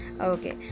Okay